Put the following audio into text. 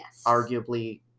arguably